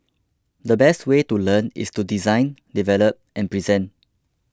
the best way to learn is to design develop and present